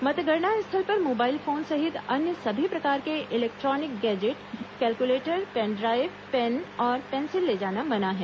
मतगणना स्थल पर मोबाइल फोन सहित अन्य सभी प्रकार के electronic gadget calculator pen drive pen और पेंसिल ले जाना मना है